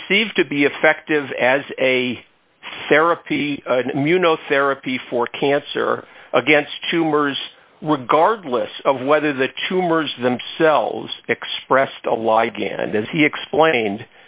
conceived to be effective as a therapy immunotherapy for cancer against tumors regardless of whether the tumors themselves expressed alive again and as he explained